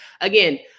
again